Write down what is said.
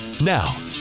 Now